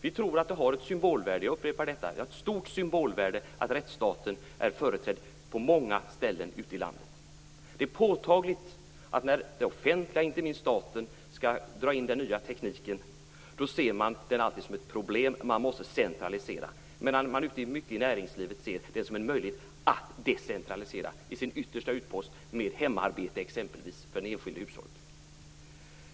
Vi tror att det har ett symbolvärde - jag upprepar detta - ja, ett stort symbolvärde att rättsstaten är företrädd på många ställen i landet. Det är påtagligt att när det offentliga, inte minst staten, skall dra in den nya tekniken, ser man det alltid som ett problem. Man måste centralisera. Ute i näringslivet ser man det mycket mer som en möjlighet att decentralisera - i sin yttersta utpost gäller det exempelvis hemarbete för den enskilde i hushållet.